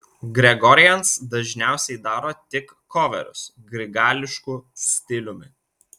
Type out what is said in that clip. gregorians dažniausiai daro tik koverius grigališku stiliumi